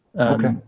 Okay